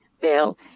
bill